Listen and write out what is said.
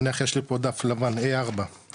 נניח יש לי פה דף לבן A4 ,